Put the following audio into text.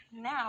now